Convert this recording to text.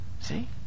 See